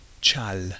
Chal